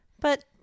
But-